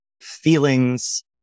feelings